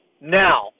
Now